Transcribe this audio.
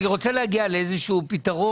אני רוצה להגיע לאיזשהו פתרון.